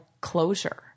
closure